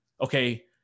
okay